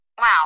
Wow